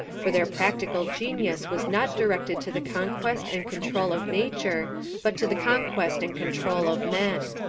for their practical genius was not directed to the conquest and control of nature but to the conquest and control of men.